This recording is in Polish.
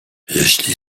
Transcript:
jeśli